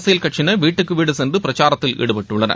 அரசியல் கட்சியினர் வீட்டுக்குவீடு சென்று பிரச்சாரத்தில் ஈடுபட்டுள்ளனர்